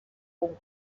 punt